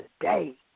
today